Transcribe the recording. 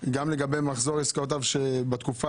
גם לגבי מחזור עסקאותיו שבתקופה,